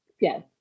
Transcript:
Yes